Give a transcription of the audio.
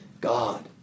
God